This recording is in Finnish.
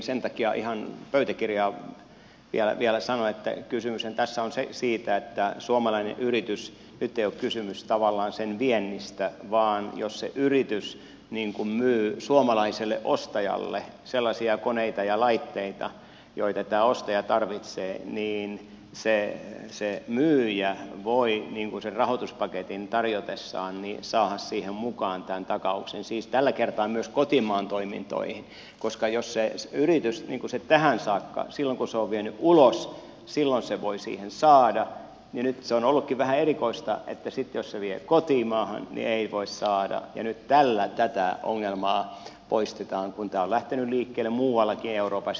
sen takia ihan pöytäkirjaan vielä sanon että kysymyshän tässä on siitä että nyt ei ole kysymys tavallaan sen suomalaisen yrityksen viennistä vaan jos se yritys myy suomalaiselle ostajalle sellaisia koneita ja laitteita joita tämä ostaja tarvitsee niin se myyjä voi sen rahoituspaketin tarjotessaan saada siihen mukaan tämän takauksen siis tällä kertaa myös kotimaan toimintoihin koska se yritys tähän saakka silloin kun se on vienyt ulos sen on voinut siihen saada ja nyt se on ollutkin vähän erikoista että sitten jos se vie kotimaahan ei voi saada ja nyt tällä tätä ongelmaa poistetaan kun tämä on lähtenyt liikkeelle muuallakin euroopassa